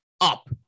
up